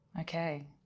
Okay